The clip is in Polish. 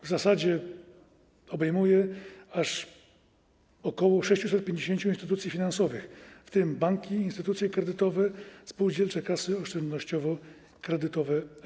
W zasadzie obejmuje aż ok. 650 instytucji finansowych, w tym banki, instytucje kredytowe, jak również spółdzielcze kasy oszczędnościowo-kredytowe.